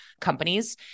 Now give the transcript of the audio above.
companies